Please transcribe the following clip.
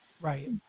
Right